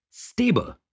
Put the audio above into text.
Stable